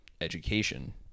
education